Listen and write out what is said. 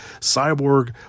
cyborg